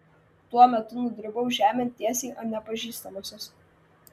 tuo metu nudribau žemėn tiesiai ant nepažįstamosios